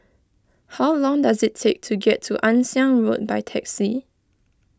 how long does it take to get to Ann Siang Road by taxi